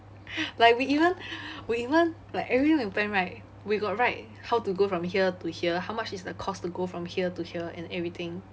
like we even we even like everywhere we plan right we got write how to go from here to here how much is the cost to go from here to here and everything